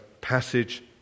passage